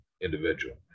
individual